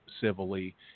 civilly